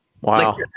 Wow